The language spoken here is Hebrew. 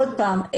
עוד פעם,